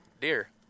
deer